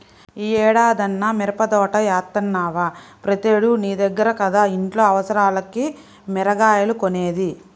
యీ ఏడన్నా మిరపదోట యేత్తన్నవా, ప్రతేడూ నీ దగ్గర కదా ఇంట్లో అవసరాలకి మిరగాయలు కొనేది